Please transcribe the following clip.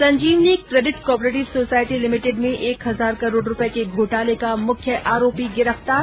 Sanjeevani credit cooperative society limited में एक हजार करोड़ रूपए के घोटाले का मुख्य आरोपी गिरफ्तार